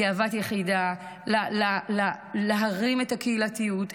ל"גאוות יחידה" להרים את הקהילתיות,